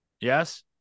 yes